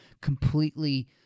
completely